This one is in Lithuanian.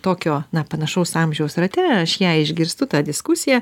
tokio na panašaus amžiaus rate aš ją išgirstu tą diskusiją